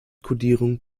kodierung